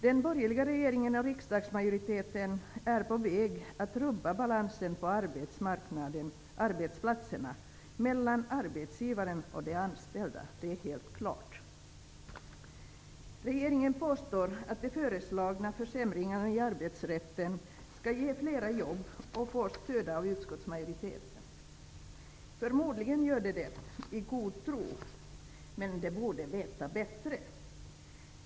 Den borgerliga regeringen och riksdagsmajoriteten är på väg att rubba balansen på arbetsplatserna mellan arbetsgivaren och de anställda. Det är helt klart. Regeringen påstår att de föreslagna försämringarna i arbetsrätten skall ge flera jobb och får stöd av utskottsmajoriteten. Förmodligen gör de det i god tro, men de borde veta bättre.